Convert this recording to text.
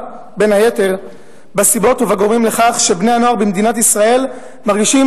בין היתר בסיבות ובגורמים לכך שבני-הנוער במדינת ישראל מרגישים